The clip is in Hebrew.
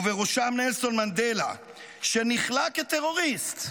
ובראשם נלסון מנדלה שנכלא כטרוריסט,